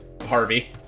Harvey